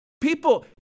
People